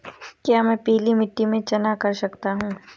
क्या मैं पीली मिट्टी में चना कर सकता हूँ?